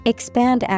Expand